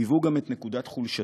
היו גם נקודת חולשתו,